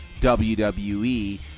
WWE